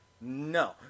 No